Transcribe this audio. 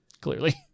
Clearly